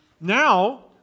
Now